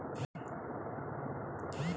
term loan आमतौर पर एक से दस साल के बीच रहय हइ